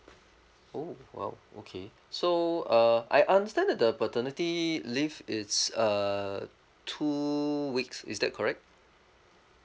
oh !wow! okay so uh I understand that the paternity leave it's uh two weeks is that correct